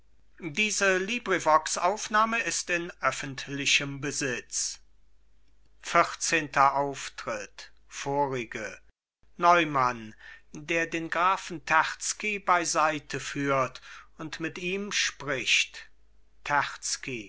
vierzehnter auftritt vorige neumann der den grafen terzky beiseiteführt und mit ihm spricht